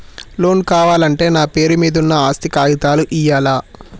Loan కావాలంటే నా పేరు మీద ఉన్న ఆస్తి కాగితాలు ఇయ్యాలా?